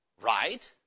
right